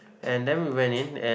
and then we went in and